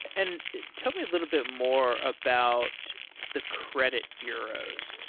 and tell me a little bit more about the credit bureaus.